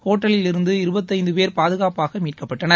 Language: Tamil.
ஹோட்டலில் இருந்து இருபத்தைந்து பேர் பாதுகாப்பாக மீட்கப்பட்டனர்